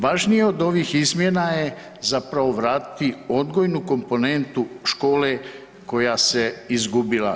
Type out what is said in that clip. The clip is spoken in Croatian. Važnije od ovih izmjena je zapravo vratiti odgojnu komponentu škole koja se izgubila.